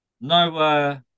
No